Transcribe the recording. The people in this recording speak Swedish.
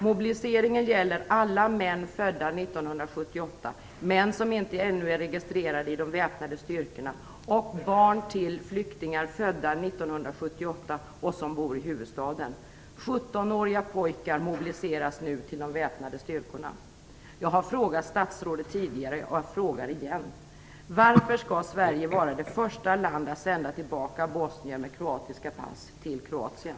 Mobiliseringen gäller alla män födda 1978, män som inte ännu är registrerade i de väpnade styrkorna och barn till flyktingar födda 1978 som bor i huvudstaden. 17-åriga pojkar mobiliseras nu till de väpnade styrkorna. Jag har frågat statsrådet tidigare, och jag frågar igen: Varför skall Sverige vara det första landet att sända tillbaka bosnier med kroatiska pass till Kroatien?